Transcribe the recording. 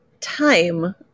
time